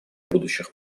будущих